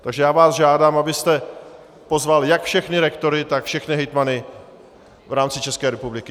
Takže vás žádám, abyste pozval jak všechny rektory, tak všechny hejtmany v rámci České republiky.